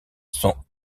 sont